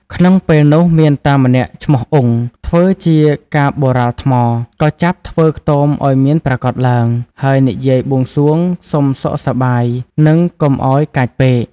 ក្នុងពេលនោះមានតាម្នាក់ឈ្មោះ អ៊ុង ធ្វើជាកាប៉ូរ៉ាលថ្ម ក៏ចាប់ធ្វើខ្ទមឲ្យមានប្រាកដឡើង ហើយនិយាយបួងសួងសុំសុខសប្បាយ និងកុំឲ្យកាចពេក ។